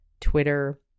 Twitter